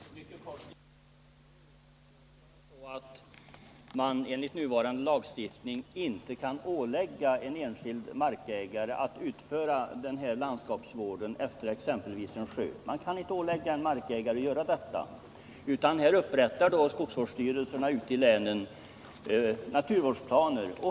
Herr talman! Till sist mycket kortfattat: Enligt nuvarande lagstiftning kan man inte ålägga en enskild markägare att utföra denna landskapsvård vid exempelvis en sjö, utan skogsvårdsstyrelserna ute i länen upprättar naturvårdsplaner.